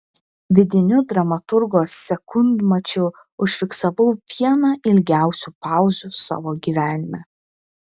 vidiniu dramaturgo sekundmačiu užfiksavau vieną ilgiausių pauzių savo gyvenime